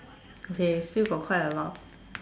they still got quite a lot